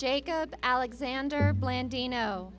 jacob alexander bland dino